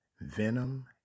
Venom